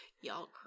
y'all